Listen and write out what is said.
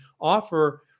offer